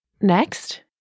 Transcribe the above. Next